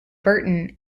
burton